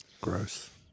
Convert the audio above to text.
Gross